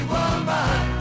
Woman